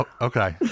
Okay